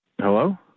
hello